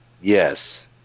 Yes